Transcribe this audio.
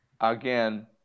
again